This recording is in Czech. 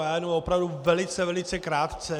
Já jenom opravdu velice, velice krátce.